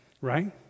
right